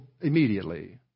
immediately